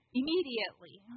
immediately